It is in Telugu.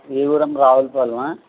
ఏ ఊరమ్మ రావులపాలెమా